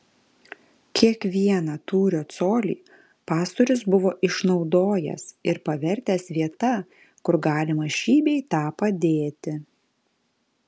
kiekvieną tūrio colį pastorius buvo išnaudojęs ir pavertęs vieta kur galima šį bei tą padėti